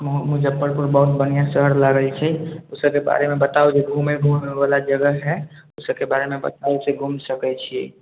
मुजफ्फरपुर बहुत बढ़िआँ शहर लागै छै ओहि सबके बारेमे बताउ जे घुमैवला जगह हइ ओहि सबके बारेमे बताउ जे घुमि सकै छिए